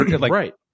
right